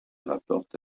rapporte